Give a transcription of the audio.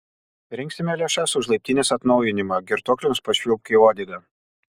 rinksime lėšas už laiptinės atnaujinimą girtuokliams pašvilpk į uodegą